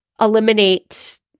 eliminate